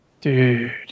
Dude